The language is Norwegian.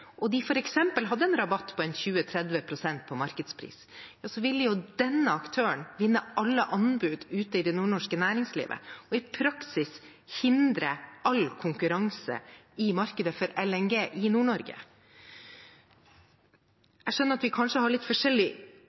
og de f.eks. hadde en rabatt på 20–30 pst. på markedspris, ville denne aktøren vinne alle anbud i det nordnorske næringslivet og i praksis hindre all konkurranse i markedet for LNG i Nord-Norge. Jeg skjønner at vi kanskje har litt